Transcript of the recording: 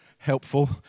helpful